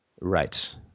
Right